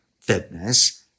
fitness